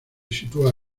sitúa